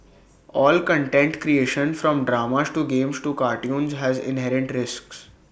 all content creation from dramas to games to cartoons has inherent risks